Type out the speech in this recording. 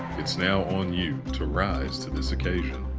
it's now on you to rise to this occasion.